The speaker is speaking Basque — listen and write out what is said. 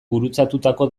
gurutzatutako